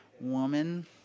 woman